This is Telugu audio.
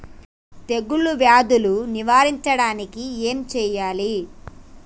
తెగుళ్ళ వ్యాధులు నివారించడానికి ఏం చేయాలి?